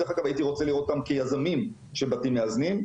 דרך אגב הייתי רוצה לראות גם כיזמים של בתים מאזנים.